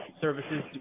services